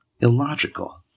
illogical